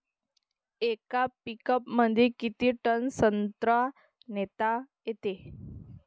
येका पिकअपमंदी किती टन संत्रा नेता येते?